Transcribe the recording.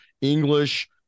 english